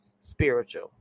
Spiritual